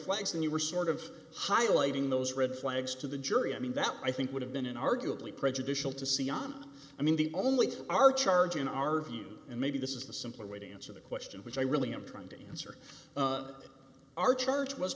flags and you were sort of highlighting those red flags to the jury i mean that i think would have been an arguably prejudicial to see ya know i mean the only two are charge in our view and maybe this is the simpler way to answer the question which i really am trying to answer our church was